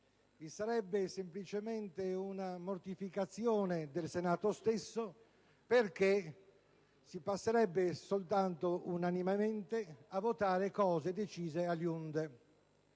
vi sarebbe semplicemente una mortificazione del Senato perché si passerebbe soltanto unanimemente a votare provvedimenti